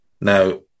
Now